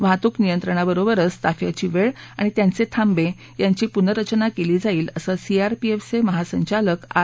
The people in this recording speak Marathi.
वाहतूक नियंत्रणाबरोबरच ताफ्याची वेळ आणि त्यांचे थांबे यांची पुनर्रचना केली जाईल असं सीआरपीएफचे महासंचालक आर